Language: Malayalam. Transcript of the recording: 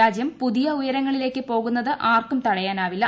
രാജ്യം പുതിയ ഉയരങ്ങളിലേക്ക് പോകുന്നത് ആർക്കും തടയാനാവില്ല